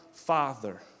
father